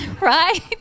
right